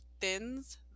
thins